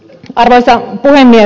arvoisa puhemies